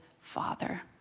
Father